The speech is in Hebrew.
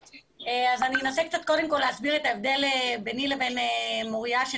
החשכ"ל, אז אני אחראית על משרד הפנים, ואני